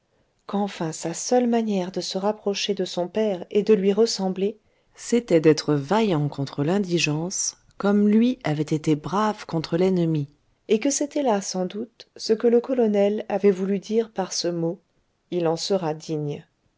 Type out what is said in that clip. qu'enfin sa seule manière de se rapprocher de son père et de lui ressembler c'était d'être vaillant contre l'indigence comme lui avait été brave contre l'ennemi et que c'était là sans doute ce que le colonel avait voulu dire par ce mot il en sera digne